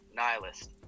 nihilist